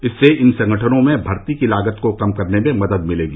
इससे इन संगठनों में भर्ती की लागत को कम करने में मदद मिलेगी